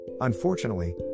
Unfortunately